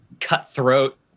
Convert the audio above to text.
cutthroat